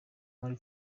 muri